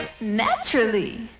Naturally